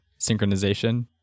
synchronization